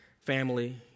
family